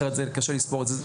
אחרת קשה לספור את זה.